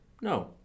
No